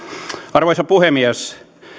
arvoisa puhemies